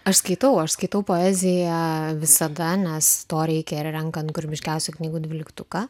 aš skaitau aš skaitau poeziją visada nes to reikia ir renkant kūrybiškiausių knygų dvyliktuką